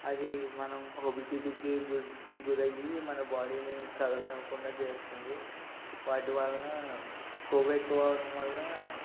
అది మనం ఒబిసిటీకి గురి గురయ్యి మన బాడీని కదలనివ్వకుండా చేస్తుంది వాటి వలనా కొవ్వెక్కువవ్వడం వల్ల